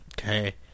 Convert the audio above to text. Okay